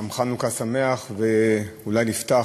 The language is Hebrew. תודה רבה, גם חנוכה שמח, ואולי נפתח